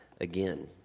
again